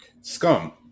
scum